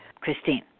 Christine